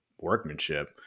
workmanship